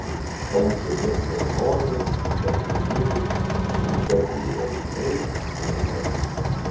audžiami vilnoniai medvilniniai sintetiniai audiniai kilimai